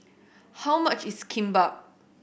how much is Kimbap